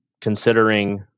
considering